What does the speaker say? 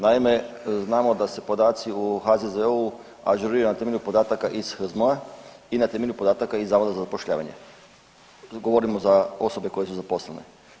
Naime, znamo da se podaci u HZZO-u ažuriraju na temelju podataka iz HZMO-a i na temelju podataka iz Zavoda za zapošljavanje, to govorim za osobe koje su zaposlene.